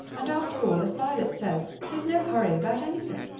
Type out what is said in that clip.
and after all, as violet says, there's no hurry about anything.